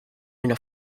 into